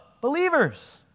believers